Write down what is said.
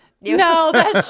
no